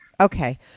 okay